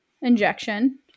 injection